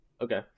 Okay